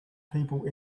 people